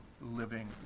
living